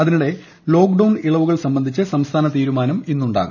അതിനിടയിൽ ലോക്ഡൌൺ ഇളവുകൾ സംബന്ധിച്ച് സംസ്ഥാന തീരുമാനം ഇന്നുണ്ടാകും